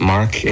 Mark